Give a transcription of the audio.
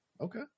okay